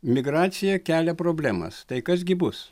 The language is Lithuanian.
migracija kelia problemas tai kas gi bus